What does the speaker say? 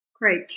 Great